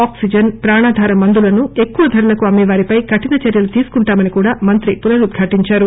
oxygen ప్రాణాధార మందులను ఎక్కువ ధరలకు అమ్మేవారిపై కఠిన చర్యలు తీసుకుంటామని కూడా మంత్రి పునరుద్వాటించారు